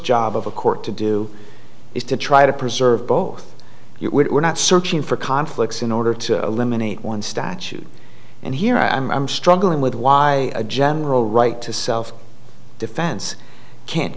job of a court to do is to try to preserve both you're not searching for conflicts in order to eliminate one statute and here i'm struggling with why a general right to self defense can't